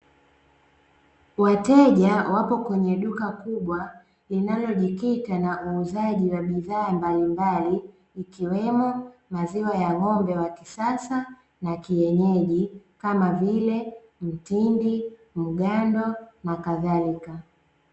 Wateja wapo kwenye duka kubwa linalojikita na uuzaji wa bidhaa mbalimbali ikiwemo maziwa ya ngo'mbe wa kisasa na kienyeji kama vile; mtindi, mgando na kadhalika.